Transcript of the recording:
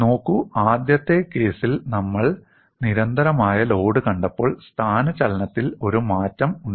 നോക്കൂ ആദ്യത്തെ കേസിൽ നമ്മൾ നിരന്തരമായ ലോഡ് കണ്ടപ്പോൾ സ്ഥാനചലനത്തിൽ ഒരു മാറ്റം ഉണ്ടായിരുന്നു